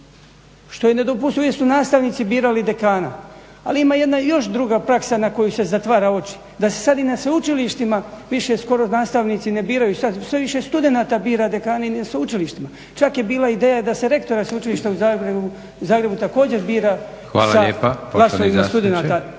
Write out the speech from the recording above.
što je nedopustivo. Uvijek su nastavnici birali dekana. Ali ima jedna još druga praksa na koju se zatvara oči, da se sada i na sveučilištima više skoro nastavnici ne biraju sada, sve više studenata bira dekane i na sveučilištima. Čak je bila ideja da se i rektora Sveučilišta u Zagrebu također bira sa glasovima studenata.